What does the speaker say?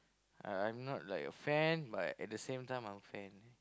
uh I'm not like a fan but at the same time I'm a fan